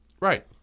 Right